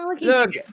look